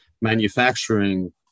Manufacturing